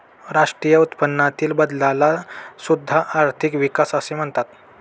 राष्ट्रीय उत्पन्नातील बदलाला सुद्धा आर्थिक विकास असे म्हणतात